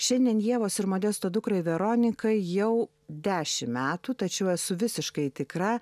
šiandien ievos ir modesto dukrai veronikai jau dešimt metų tačiau esu visiškai tikra